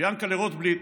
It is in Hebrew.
ויענקל'ה רוטבליט: